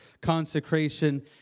consecration